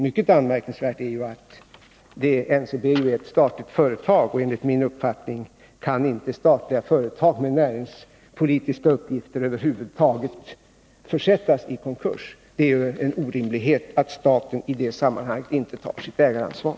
Mycket anmärkningsvärt är ju att NCB är ett statligt företag, och enligt min uppfattning kan statliga företag med näringspolitiska uppgifter över huvud taget inte försättas i konkurs. Det är en orimlighet att staten inte i det sammanhanget tar sitt ägaransvar.